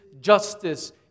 justice